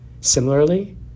Similarly